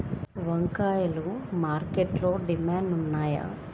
వంకాయలు మార్కెట్లో డిమాండ్ ఉంటాయా?